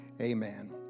Amen